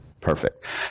Perfect